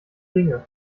dinge